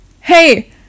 hey